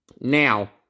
Now